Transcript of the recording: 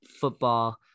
football